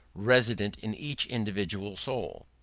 resident in each individual soul?